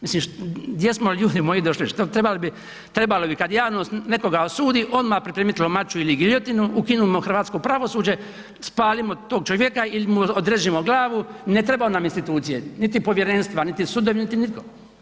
Mislim gdje smo ljudi moji došli, trebali bi kad javnost nekoga osudi odmah pripremiti lomaču ili giljotinu, ukinimo hrvatsko pravosuđe, spalimo tog čovjeka ili mu odražimo glavu, ne trebaju nam institucije, niti povjerenstva, niti sudovi niti nitko.